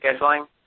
scheduling